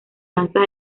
danzas